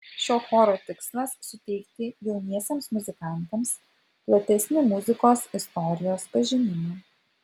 šio choro tikslas suteikti jauniesiems muzikantams platesnį muzikos istorijos pažinimą